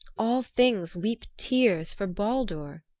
all things weep tears for baldur,